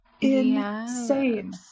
insane